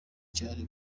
cane